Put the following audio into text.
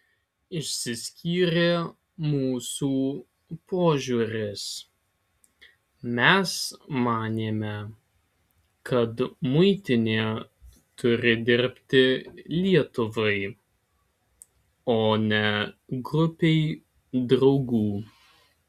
išsiskyrė mūsų požiūris mes manėme kad muitinė turi dirbti lietuvai o ne grupei draugų